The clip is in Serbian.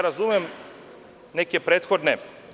Razumem neke prethodne.